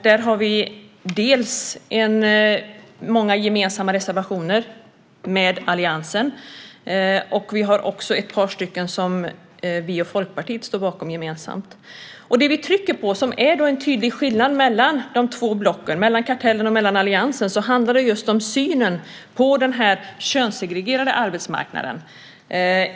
Där har vi dels många gemensamma reservationer från alliansen, dels ett par som vi och Folkpartiet står bakom gemensamt. Det vi trycker på och som utgör en tydlig skillnad mellan de två blocken, mellan kartellen och alliansen, är synen på den könssegregerade arbetsmarknaden.